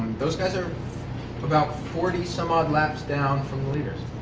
those guys are about forty some odd laps down from the leaders.